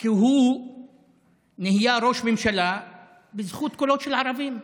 כי הוא נהיה ראש ממשלה בזכות קולות של ערבים.